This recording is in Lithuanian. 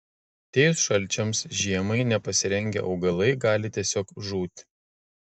atėjus šalčiams žiemai nepasirengę augalai gali tiesiog žūti